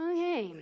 Okay